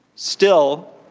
still,